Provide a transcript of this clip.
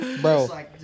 Bro